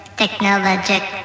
technologic